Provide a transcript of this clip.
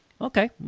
Okay